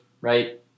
right